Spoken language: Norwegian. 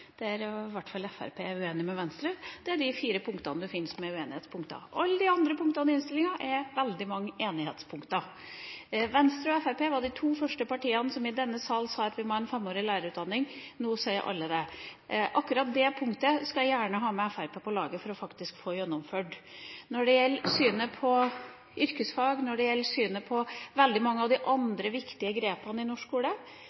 hvert fall Fremskrittspartiet er uenig med Venstre. Det er de fire punktene en finner som er uenighetspunkter. Alle de andre punktene i innstillinga er – veldig mange – enighetspunkter. Venstre og Fremskrittspartiet var de to første partiene som i denne sal sa at vi må ha en femårig lærerutdanning. Nå sier alle det. Akkurat det punktet skal jeg gjerne ha med meg Fremskrittspartiet på laget for faktisk å få gjennomført. Når det gjelder synet på yrkesfag, og når det gjelder synet på veldig mange av de andre viktige grepene i norsk skole,